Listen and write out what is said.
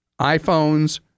iPhones